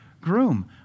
groom